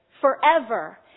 Forever